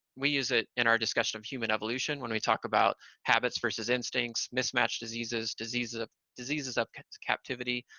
we use it in our discussion of human evolution when we talk about habits versus instincts, mismatch diseases, diseases ah diseases of captivity,